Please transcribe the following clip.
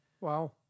wow